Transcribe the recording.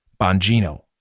Bongino